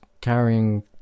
carrying